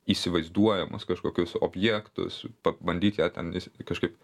įsivaizduojamus kažkokius objektus pabandyt ją ten įs kažkaip